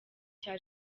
cya